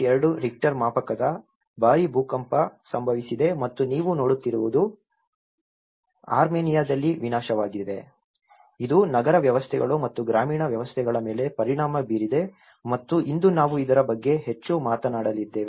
2 Richter ಮಾಪಕದ ಭಾರಿ ಭೂಕಂಪ ಸಂಭವಿಸಿದೆ ಮತ್ತು ನೀವು ನೋಡುತ್ತಿರುವುದು ಅರ್ಮೇನಿಯಾದಲ್ಲಿ ವಿನಾಶವಾಗಿದೆ ಇದು ನಗರ ವ್ಯವಸ್ಥೆಗಳು ಮತ್ತು ಗ್ರಾಮೀಣ ವ್ಯವಸ್ಥೆಗಳ ಮೇಲೆ ಪರಿಣಾಮ ಬೀರಿದೆ ಮತ್ತು ಇಂದು ನಾವು ಇದರ ಬಗ್ಗೆ ಹೆಚ್ಚು ಮಾತನಾಡಲಿದ್ದೇವೆ